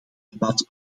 debat